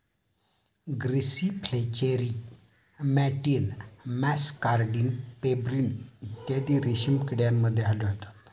grasserie flacherie मॅटियन muscardine pebrine इत्यादी रेशीम किड्यांमध्ये आढळतात